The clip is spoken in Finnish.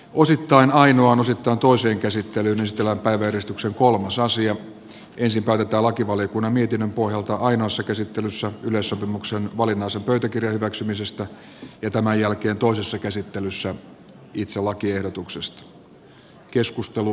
vuosittain ainoan osittain toisen käsittelyn estellä päiväjärjestyksen kolmas asia ensin päätetään lakivaliokunnan mietinnön pohjalta ainoassa käsittelyssä yleissopimuksen valinnaisen pöytäkirjan hyväksymisestä ja tämän jälkeen toisessa käsittelyssä lakiehdotuksesta